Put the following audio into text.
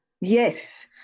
Yes